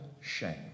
shame